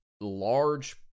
large